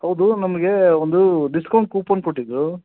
ಹೌದೂ ನಮಗೆ ಒಂದು ಡಿಸ್ಕೌಂಟ್ ಕೂಪನ್ ಕೊಟ್ಟಿದ್ದರು